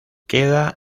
queda